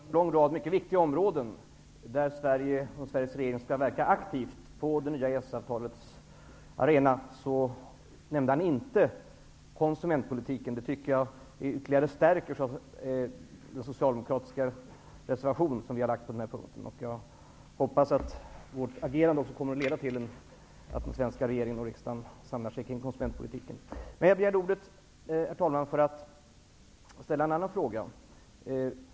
Herr talman! Ulf Dinkelspiel räknade upp en lång rad mycket viktiga områden, där Sverige och Sveriges regering skall verka aktivt på det nya EES avtalets arena. Men han nämnde inte konsumentpolitiken. Det tycker jag ytterligare stärker den reservation som vi socialdemokrater har på den här punkten. Jag hoppas att vårt agerande också kommer att leda till att den svenska regeringen och riksdagen samlar sig kring konsumentpolitiken. Jag begärde emellertid ordet för att ställa en annan fråga.